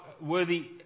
worthy